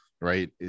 right